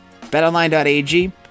BetOnline.ag